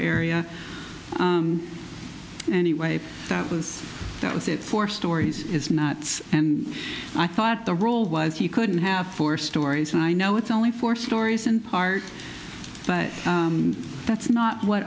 area anyway that was that was it four stories is knots and i thought the rule was you couldn't have four stories and i know it's only four stories in part but that's not what